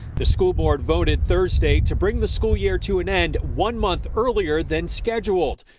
the school board voted thursday to bring the school year to an end one month earlier than scheduled.